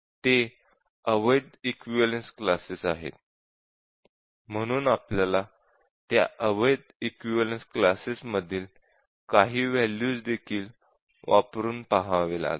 ते अवैध equivalence classes आहेत म्हणून आपल्याला त्या अवैध इक्विवलेन्स क्लासेस मधील काही वॅल्यूज देखील वापरून पहावे लागतील